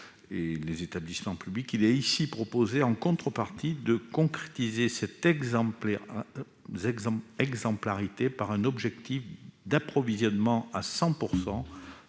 entreprises publiques nationales, il est ici proposé en contrepartie de concrétiser cette exemplarité par un objectif d'approvisionnement à 100